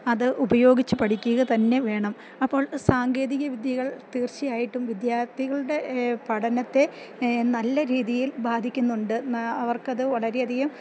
അത് ഉപയോഗിച്ച് പഠിക്കുക തന്നെ വേണം അപ്പോൾ സാങ്കേതിക വിദ്യകൾ തീർച്ചയായിട്ടും വിദ്യാർത്ഥികളുടെ പഠനത്തെ നല്ല രീതിയിൽ ബാധിക്കുന്നുണ്ട് ന്നാ അവർക്കത് വളരെയധികം